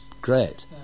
great